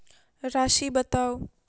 राशि बताउ